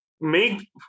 make